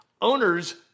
Owners